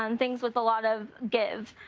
and things with a lot of give,